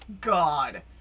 God